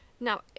Now